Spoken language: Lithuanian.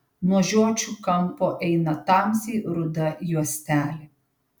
nuo žiočių kampo eina tamsiai ruda juostelė